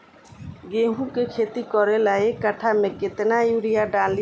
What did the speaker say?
गेहूं के खेती करे ला एक काठा में केतना युरीयाँ डाली?